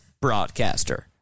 broadcaster